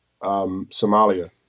Somalia